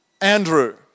Andrew